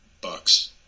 bucks